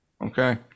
Okay